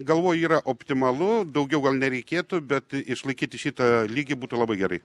galvoj yra optimalu daugiau gal nereikėtų bet išlaikyti šitą lygį būtų labai gerai